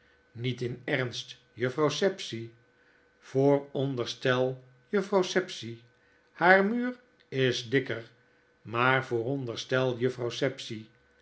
niet in ernst juffrouw sapsea vooronderstel juffrouw sapsea haar muur is dikker maar vooronderstel juffrouw